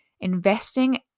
investing